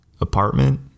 apartment